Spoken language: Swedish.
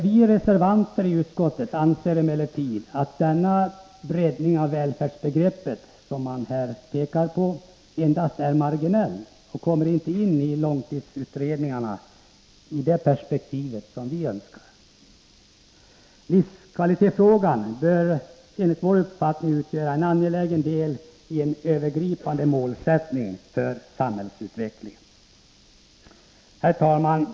Vi reservanter anser emellertid att den breddning av välfärdsbegreppet som nämns endast är marginell och därför inte kommer in i det långtidsperspektiv som vi räknar med. Livskvalitetsfrågan är, enligt vår mening, en angelägen del av det övergripande målet för samhällsutvecklingen. Herr talman!